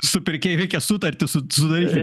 su pirkėju reikia sutarti su sudaryti